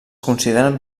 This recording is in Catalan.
consideren